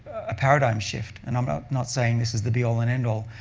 a paradigm shift. and i'm not not saying this is the be all and end all,